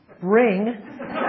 ring